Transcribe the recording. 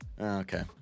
Okay